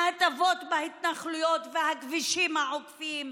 ההטבות להתנחלויות והכבישים העוקפים,